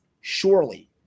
surely